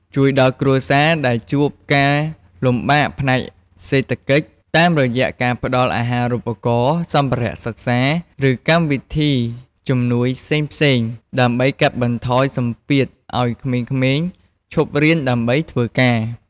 ជួយដល់គ្រួសារដែលជួបការលំបាកផ្នែកសេដ្ឋកិច្ច តាមរយៈការផ្តល់អាហារូបករណ៍ សម្ភារៈសិក្សា ឬកម្មវិធីជំនួយផ្សេងៗ ដើម្បីកាត់បន្ថយសម្ពាធឱ្យក្មេងៗឈប់រៀនដើម្បីធ្វើការ។